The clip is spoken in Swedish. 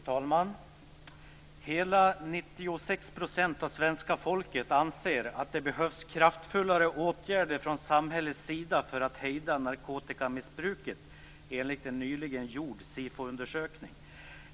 Fru talman! Hela 96 % av svenska folket anser att det behövs kraftfullare åtgärder från samhällets sida för att hejda narkotikamissbruket enligt en nyligen gjord SIFO-undersökning.